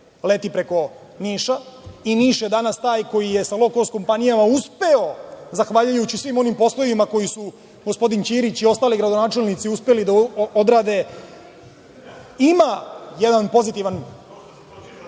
leti preko Niša i Niš je danas taj koji je sa „lou kost“ kompanijama uspeo da zahvaljujući svim onim poslovima koji su gospodin Ćirić i ostali gradonačelnici uspeli da odrade, ima jedan pozitivan